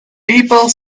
people